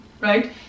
right